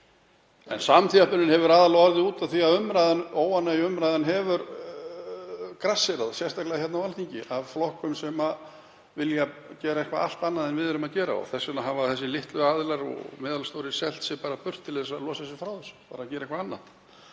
En samþjöppunin hefur aðallega orðið út af því að óánægjuumræðan hefur grasserað, sérstaklega hérna á Alþingi af flokkum sem vilja gera eitthvað allt annað en við erum að gera. Þess vegna hafa þessir litlu aðilar og meðalstóru selt sig bara burt til að losa sig frá þessu og farið að gera eitthvað annað.